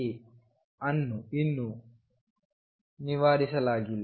A ಅನ್ನು ಇನ್ನೂ ನಿವಾರಿಸಲಾಗಿಲ್ಲ